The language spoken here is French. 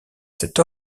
cette